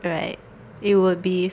right it would be